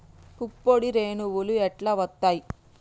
పుప్పొడి రేణువులు ఎట్లా వత్తయ్?